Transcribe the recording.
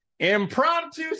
Impromptu